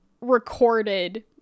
recorded